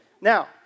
Now